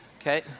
Okay